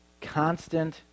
constant